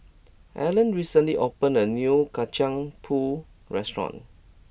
Allen recently opened a new Kacang pool restaurant